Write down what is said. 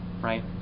Right